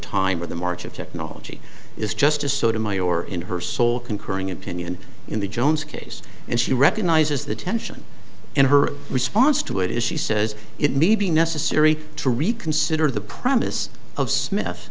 time or the march of technology is justice sotomayor in her sole concurring opinion in the jones case and she recognizes the tension and her response to it is she says it may be necessary to reconsider the premise of smith